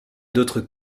d’autres